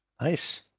Nice